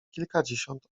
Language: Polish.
kilkadziesiąt